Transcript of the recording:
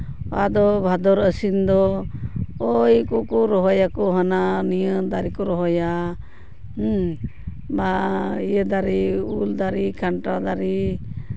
ᱟᱫᱚ ᱵᱷᱟᱫᱚᱨ ᱟᱹᱥᱤᱱ ᱫᱚ ᱳᱭ ᱠᱚᱠᱚ ᱨᱚᱦᱚᱭᱟᱠᱚ ᱦᱟᱱᱟ ᱱᱤᱭᱟᱹ ᱫᱟᱨᱮ ᱠᱚ ᱨᱚᱦᱚᱭᱟ ᱦᱮᱸ ᱵᱟ ᱤᱭᱟᱹ ᱫᱟᱨᱮ ᱩᱞ ᱫᱟᱨᱮ ᱠᱟᱱᱴᱷᱟᱲ ᱫᱟᱨᱮ